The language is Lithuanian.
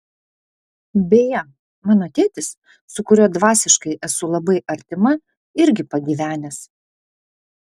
beje mano tėtis su kuriuo dvasiškai esu labai artima irgi pagyvenęs